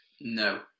No